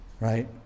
right